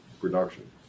production